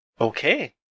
Okay